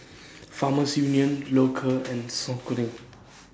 Farmers Union Loacker and Saucony